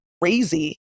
crazy